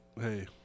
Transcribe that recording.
hey